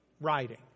writing